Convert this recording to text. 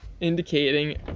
Indicating